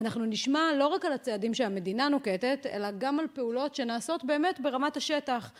אנחנו נשמע לא רק על הצעדים שהמדינה נוקטת, אלא גם על פעולות שנעשות באמת ברמת השטח.